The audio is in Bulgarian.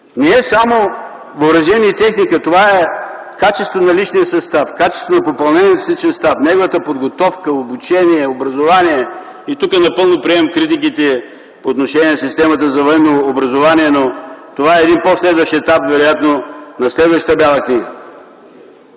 Не е само въоръжение и техника, това е качество на личния състав, качеството на попълнение в личния състав, неговата подготовка, обучение, образование. Тук напълно приемам критиките по отношение на системата за военно образование, но това е един по-следващ етап, вероятно на следващата Бяла книга.